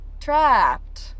Trapped